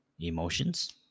emotions